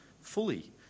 fully